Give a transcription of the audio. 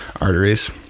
arteries